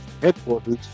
headquarters